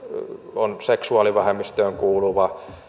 on seksuaalivähemmistöön kuuluva